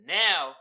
now